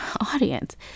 audience